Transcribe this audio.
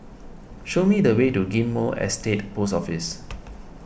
show me the way to Ghim Moh Estate Post Office